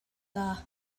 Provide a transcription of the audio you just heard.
dda